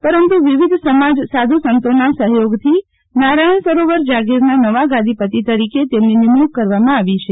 પરંતુ વિવિધ સમાજ સાધુ સંતોના સફયોગથી નારાયણ સરોવર જાગીરના નવા ગાદીપતિ તરીકે તેમની નિમણુંક કરવામાં આવી છે